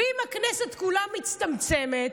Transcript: אם הכנסת כולה מצטמצמת,